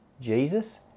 Jesus